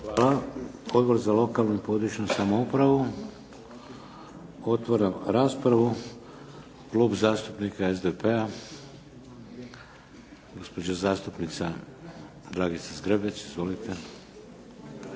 Hvala. Odbor za lokalnu i područnu samoupravu. Otvaram raspravu. Klub zastupnika SDP-a. Gospođa zastupnica Dragica Zgrebec, izvolite.